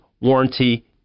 warranty